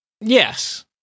Yes